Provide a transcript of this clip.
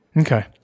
Okay